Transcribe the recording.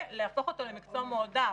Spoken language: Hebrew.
ולהפוך אותו למקצוע מועדף.